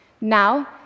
Now